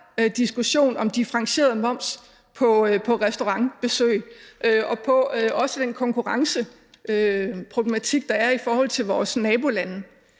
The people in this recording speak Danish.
diskussion om differentieret moms på restaurantbesøg og om den konkurrenceproblematik, der er i forhold til vores nabolande.